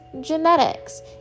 genetics